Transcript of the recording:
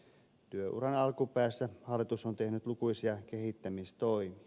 työuran alkupäässä hallitus on tehnyt lukuisia kehittämistoimia